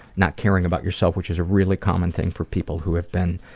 not caring about yourself, which is a really common thing for people who have been